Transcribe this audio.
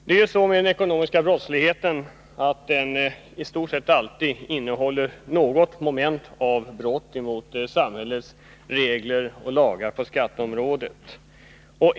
Den ekonomiska brottsligheten innehåller ju i stort sett alltid något moment av brott emot samhällets regler och lagar på skatteområdet.